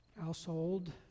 household